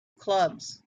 clubs